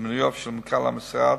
במינויו של מנכ"ל המשרד,